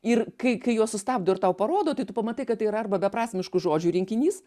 ir kai kai juos sustabdo ir tau parodo tai tu pamatai kad tai yra arba beprasmiškų žodžių rinkinys